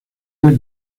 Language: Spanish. nivel